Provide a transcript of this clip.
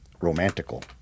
romantical